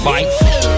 Fight